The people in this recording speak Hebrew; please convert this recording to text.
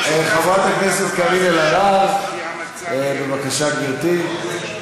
חברת הכנסת קארין אלהרר, בבקשה, גברתי.